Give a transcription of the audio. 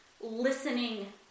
listening